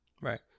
Right